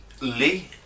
Lee